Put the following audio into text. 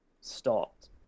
stopped